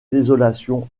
désolation